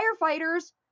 Firefighters